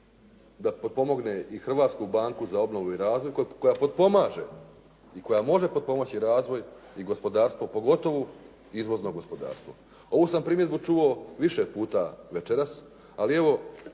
da potpomogne i Hrvatsku banku za obnovu i razvoj koja potpomaže i koja može potpomoći razvoj i gospodarstvo, pogotovo izvozno gospodarstvo. Ovu sam primjedbu čuo više puta večeras, ali evo